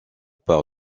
par